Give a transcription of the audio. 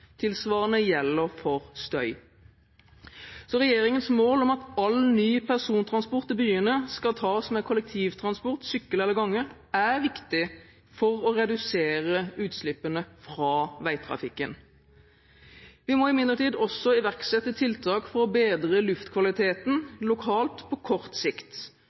Tilsvarende gjelder for støy. Så regjeringens mål om at all ny persontransport i byene skal tas med kollektivtransport, sykkel eller gange er viktig for å redusere utslippene fra veitrafikken. Vi må imidlertid også iverksette tiltak for å bedre luftkvaliteten lokalt på kort sikt.